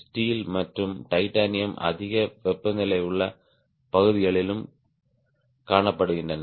ஸ்டீல்மற்றும் titanium அதிக வெப்பநிலை உள்ள பகுதிகளிலும் காணப்படுகின்றன